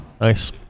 nice